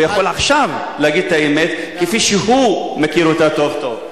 הוא יכול עכשיו להגיד את האמת כפי שהוא מכיר אותה טוב-טוב.